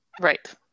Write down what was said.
Right